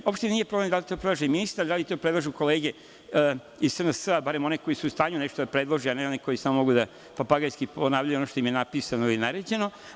Uopšte nije problem da li to predlaže ministar, da li to predlažu kolege iz SNS, barem one koje su u stanju nešto da predlože, a ne oni koji samo mogu da papagajski ponavljaju ono što im je napisano ili naređeno.